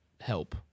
help